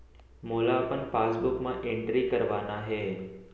मोला अपन पासबुक म एंट्री करवाना हे?